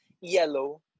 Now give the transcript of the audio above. yellow